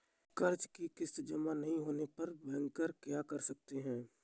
कर्ज कि किश्त जमा नहीं होने पर बैंकर क्या कर सकते हैं?